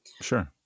Sure